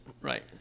Right